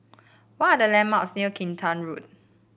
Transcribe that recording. what are the landmarks near Kinta Road